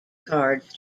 cards